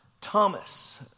Thomas